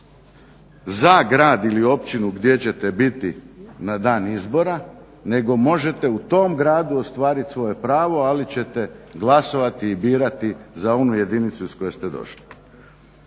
za grad ili općinu gdje ćete biti na dan izbora, nego možete u tom gradu ostvariti svoje pravo ali ćete glasovati i birati za onu jedinicu iz koje ste došli.